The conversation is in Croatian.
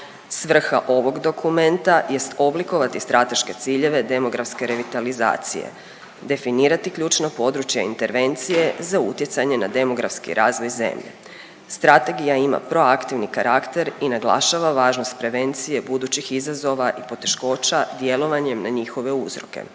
Svrha ovog dokumenta jest oblikovati strateške ciljeve demografske revitalizacije, definirati ključna područja intervencije za utjecanje na demografski razvoj zemlje. Strategija ima proaktivni karakter i naglašava važnost prevencije budućih izazova i poteškoća djelovanjem na njihove uzroke.